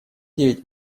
девять